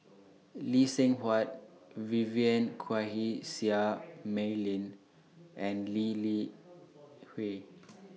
Lee Seng Huat Vivien Quahe Seah Mei Lin and Lee Li Hui